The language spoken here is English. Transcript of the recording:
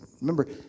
Remember